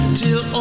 till